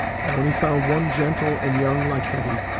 but when he found one gentle and young like hetty,